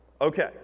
okay